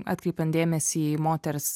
atkreipiant dėmesį į moters